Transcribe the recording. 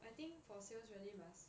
I think for sales really must